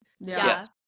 yes